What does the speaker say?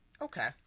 Okay